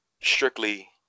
strictly